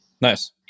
Nice